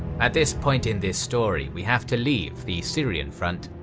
at this point in this story, we have to leave the syrian front,